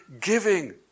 giving